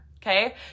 okay